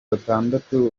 batandatu